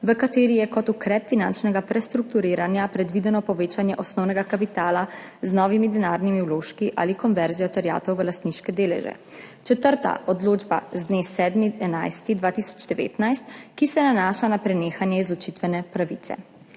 v kateri je kot ukrep finančnega prestrukturiranja predvideno povečanje osnovnega kapitala z novimi denarnimi vložki ali konverzijo terjatev v lastniške deleže. Četrta odločba z dne 7. 11. 2019, ki se nanaša na prenehanje izločitvene pravice.